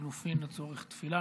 החילופין לצורך תפילה.